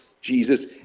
Jesus